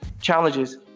challenges